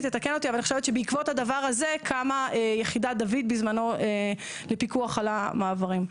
בעקבות הדבר הזה קמה יחידת "דויד" בזמנו לפיקוח על המעברים.